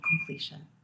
completion